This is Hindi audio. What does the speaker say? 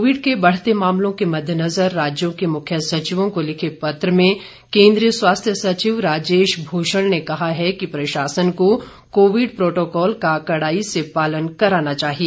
कोविड के बढ़ते मामलों के मद्देनजर राज्यों के मुख्य सचिवों को लिखे पत्र में केन्द्रीय स्वास्थ्य सचिव राजेश भूषण ने कहा है कि प्रशासन को कोविड प्रोटोकाल का कड़ाई से पालन कराना चाहिए